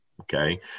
Okay